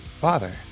father